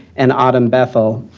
and autumn bethel.